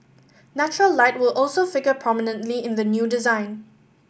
natural light will also figure prominently in the new design